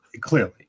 clearly